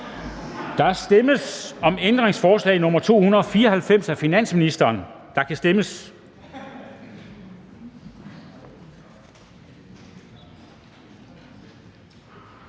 Der stemmes om ændringsforslag nr. 294 af finansministeren, og der kan stemmes.